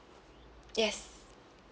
yes